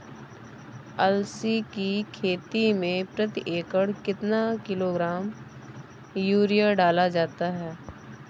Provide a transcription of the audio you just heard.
अलसी की खेती में प्रति एकड़ कितना किलोग्राम यूरिया डाला जाता है?